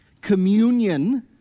Communion